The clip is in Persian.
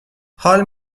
حال